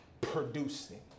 producing